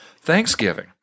Thanksgiving